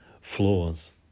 flaws